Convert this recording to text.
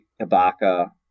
Ibaka